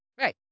Right